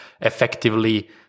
effectively